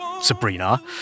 Sabrina